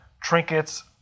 trinkets